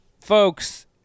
Folks